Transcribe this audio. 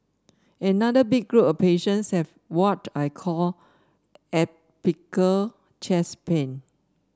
another big group of patients have what I call atypical chest pain